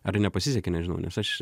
ar nepasisekė nežinau nes aš